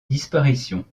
disparition